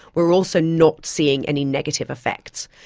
we are also not seeing any negative effects.